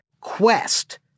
quest